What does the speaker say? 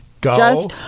Go